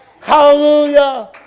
Hallelujah